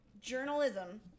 journalism